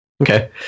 Okay